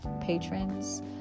patrons